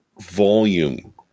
volume